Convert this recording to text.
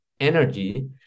energy